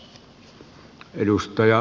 arvoisa puhemies